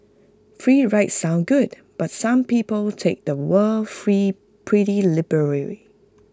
free rides sound good but some people take the word free pretty liberal